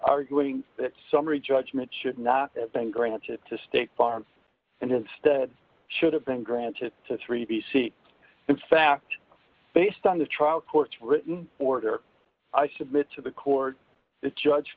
arguing that summary judgment should not have been granted to state farm and instead should have been granted to three b c in fact based on the trial court's written order i submit to the court judge